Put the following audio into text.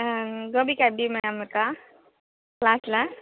ஆ கோபிகா எப்படி மேம் இருக்காள் கிளாஸில்